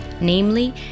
Namely